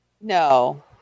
no